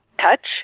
touch